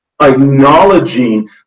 acknowledging